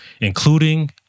including